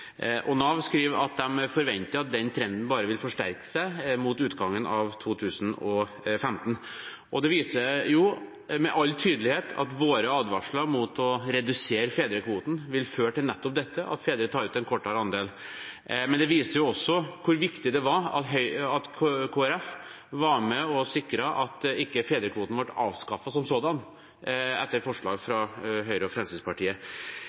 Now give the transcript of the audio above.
Nav skriver at de forventer at den trenden bare vil forsterke seg mot utgangen av 2015. Det viser med all tydelighet at våre advarsler mot å redusere fedrekvoten vil føre til nettopp dette at fedre tar ut en mindre andel, men det viser også hvor viktig det var at Kristelig Folkeparti var med og sikret at ikke fedrekvoten som sådan ble avskaffet etter forslag fra Høyre og Fremskrittspartiet.